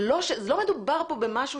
לא מדובר פה במשהו